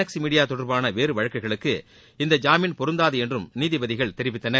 X media தொடர்பான வேறு வழக்குகளுக்கு இந்த ஜாமீன் பொருந்தாது என்றும் நீதிபதிகள் தெரிவித்தனர்